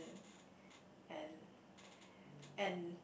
and and